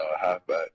halfback